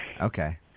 Okay